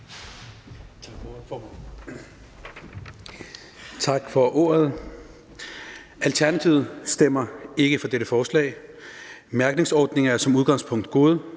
Tak for ordet. Alternativet stemmer ikke for dette forslag. Mærkningsordninger er som udgangspunkt gode;